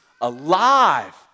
alive